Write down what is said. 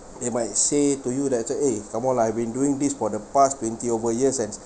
they might say to you like that !oi! come on lah I've been doing this for the past twenty over years and